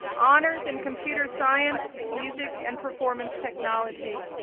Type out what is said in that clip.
honors in computer science, music, and performance technology,